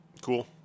cool